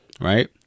Right